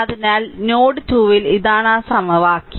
അതിനാൽ നോഡ് 2 ൽ ഇതാണ് ആ സമവാക്യം